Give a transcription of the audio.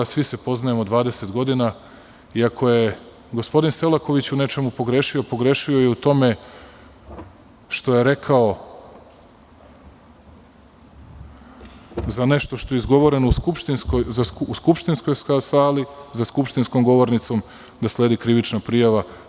Svi se poznajemo 20 godina i ako je gospodin Selaković u nečemu pogrešio, pogrešio je u tome što je rekao, za nešto što je izgovoreno u skupštinskoj sali, za skupštinskom govornicom, da sledi krivična prijava.